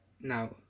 now